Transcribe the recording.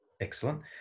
Excellent